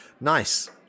Nice